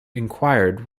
inquired